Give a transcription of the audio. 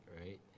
right